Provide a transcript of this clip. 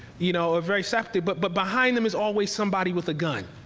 you know ah very accepted. but but behind them is always somebody with a gun,